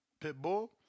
Pitbull